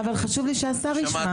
אבל זה חשוב לי שהשר ישמע.